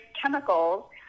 chemicals